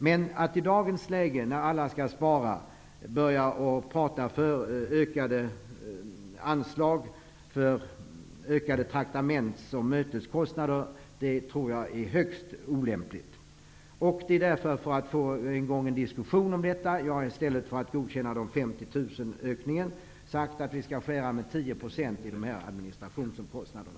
Men att i dagens läge, då alla skall spara, börja tala om ökade anslag och ökade traktaments och möteskostnader tycker jag är högst olämpligt. Det är för att få i gång en diskussion om detta i stället för att godkänna en ökning med 50 000 kr som jag har sagt att vi skall skära med 10 % i dessa administrationsomkostnader.